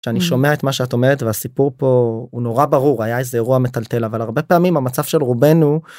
כשאני שומע את מה שאת אומרת והסיפור פה הוא נורא ברור היה איזה אירוע מטלטל אבל הרבה פעמים המצב של רובנו